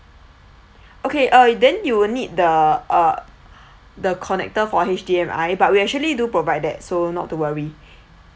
okay uh then you will need the uh the connector for H_D_M_I but we actually do provide that so not to worry